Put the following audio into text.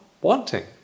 Wanting